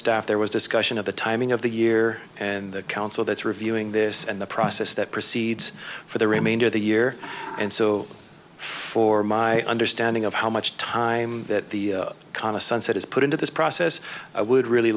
staff there was discussion of the timing of the year and the council that's reviewing this and the process that proceeds for the remainder of the year and so for my understanding of how much time that the kind of sunset is put into this process i would really